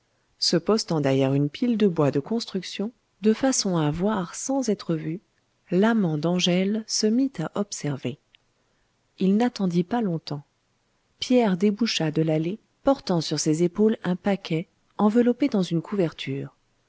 se postant derrière une pile de bois de construction de façon à voir sans être vu l'amant d'angèle se mit à observer il n'attendit pas longtemps pierre déboucha de l'allée portant sur ses épaules un paquet enveloppé dans une couverture